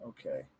Okay